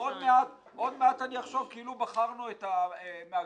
עוד מעט אני אחשוב כאילו בחרנו את מבקשי